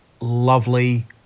lovely